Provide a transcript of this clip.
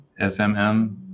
SMM